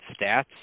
stats